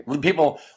People